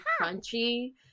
crunchy